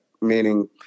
meaning